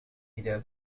إذا